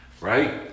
right